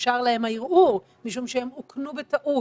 אושר להם הערעור משום שהם אוכנו בטעות.